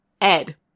Ed